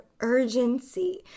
urgency